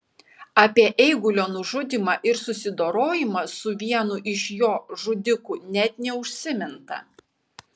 apie eigulio nužudymą ir susidorojimą su vienu iš jo žudikų net neužsiminta